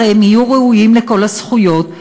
הרי הם יהיו ראויים לכל הזכויות,